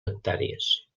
hectàrees